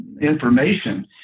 information